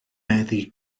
meddu